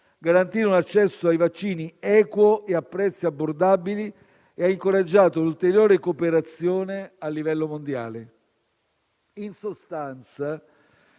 garantire un accesso ai vaccini equo e a prezzi abbordabili» e «i *leader* hanno incoraggiato la cooperazione a livello mondiale». In sostanza,